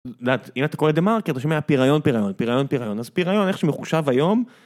אם אתה קורא את זה מרקר פיריון פיריון פיריון פיריון אז פיריון איך שהוא מחושב היום.